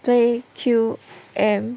J_Q_M